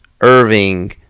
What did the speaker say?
Irving